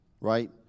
right